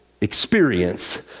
experience